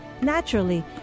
naturally